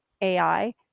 AI